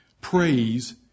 Praise